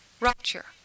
rupture